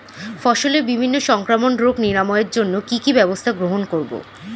ফসলের বিভিন্ন সংক্রামক রোগ নিরাময়ের জন্য কি কি ব্যবস্থা গ্রহণ করব?